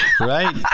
right